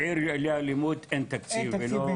בעיר ללא אלימות אין תקציב.